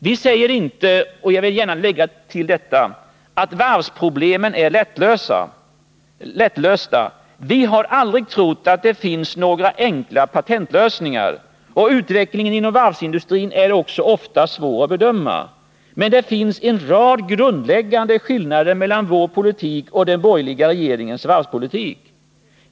Vi säger inte — det vill jag gärna tillägga — att varvsproblemen är lättlösta. Vi har aldrig trott att det finns några enkla patentlösningar. Och utvecklingen inom varvsindustrin är ofta svår att bedöma. Men det finns en rad grundläggande skillnader mellan vår politik och den borgerliga regeringens varvspolitik.